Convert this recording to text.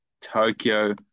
Tokyo